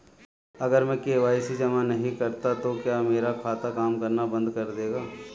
अगर मैं के.वाई.सी जमा नहीं करता तो क्या मेरा खाता काम करना बंद कर देगा?